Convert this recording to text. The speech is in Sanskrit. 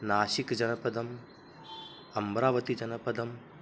नाशिक् जनपदम् अम्रावति जनपदम्